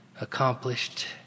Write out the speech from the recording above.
accomplished